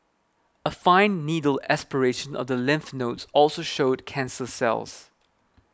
a fine needle aspiration of the lymph nodes also showed cancer cells